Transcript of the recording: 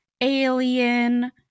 alien